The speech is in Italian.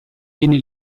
viene